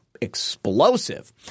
explosive